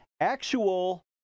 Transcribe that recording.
actual